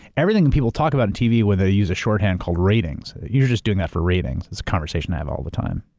everything and people talk about in tv where they use a shorthand called ratings, you're just doing that for ratings is a conversation i have all the time